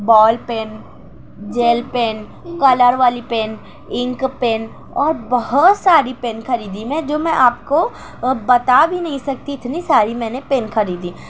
بول pen gel pen colour والی pen ink pen اور بہت ساری پین خریدی میں جو میں آپ کو بتا بھی نہیں سکتی اتنی ساری میں نے پین خریدی